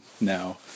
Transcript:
now